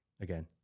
Again